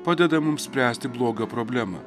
padeda mums spręsti blogio problemą